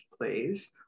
please